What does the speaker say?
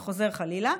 וחוזר חלילה.